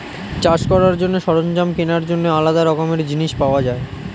চাষ করার জন্য সরঞ্জাম কেনার জন্য আলাদা রকমের জিনিস পাওয়া যায়